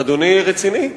אדוני רציני.